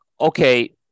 okay